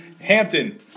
Hampton